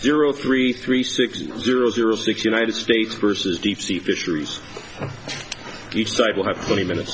zero three three six zero zero six united states versus deep sea fisheries each side will have twenty minutes